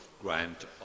Grant